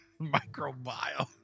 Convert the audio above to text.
microbial